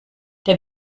der